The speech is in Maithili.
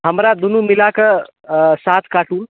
हमरा दुनू मिलाके सात कार्टून